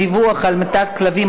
דיווח על המתת כלבים),